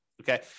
okay